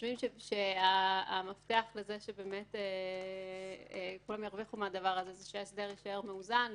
חושבים שהמפתח לזה שכולם ירוויחו מהדבר הזה זה שההסדר יישאר מאוזן,